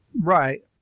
Right